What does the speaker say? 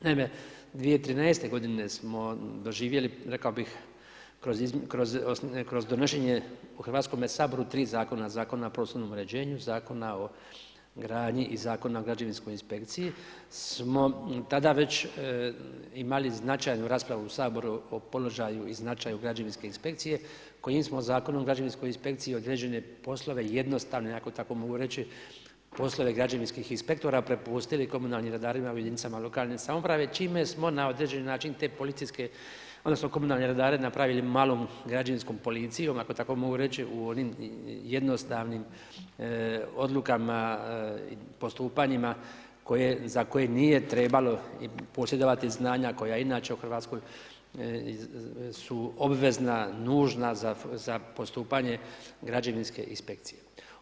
Naime, 2013. godine smo doživjeli, rekao bih, kroz donošenje u Hrvatskome saboru tri zakona, Zakona o prostornom uređenju, Zakona o gradnji i Zakona o građevinskoj inspekciji smo tada već imali značajnu raspravu u Hrvatskom saboru o položaju i značaju Građevinske inspekcije, kojim smo Zakonom o građevinskoj inspekciji određene poslove, jednostavno, ako tako mogu reći, poslove građevinskih inspektora prepustili komunalnim redarima u jedinicama lokalne samouprave, čime smo na određeni način te policijske odnosno komunalne redare napravili malom građevinskom policijom, ako tako mogu reći u onim jednostavnim odlukama postupanjima za koje nije trebalo posjedovati znanja koja inače u Hrvatskoj su obvezna, nužna za postupanje građevinske inspekcije.